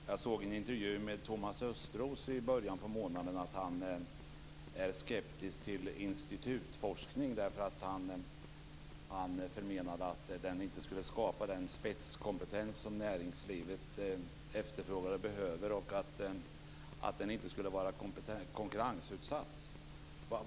Fru talman! Jag hörde i en intervju med Thomas Östros i början av månaden att han är skeptisk till institutforskning. Han menade att den inte skulle skapa den spetskompetens som näringslivet efterfrågar och behöver och att den inte skulle vara konkurrensutsatt.